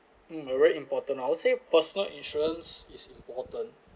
um a very important I would say personal insurance is important